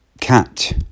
cat